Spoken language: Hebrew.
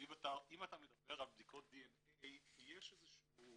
אם אתה מדבר על בדיקות דנ"א, יש איזה משהו